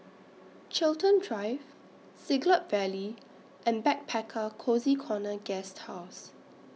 Chiltern Drive Siglap Valley and Backpacker Cozy Corner Guesthouse